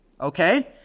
okay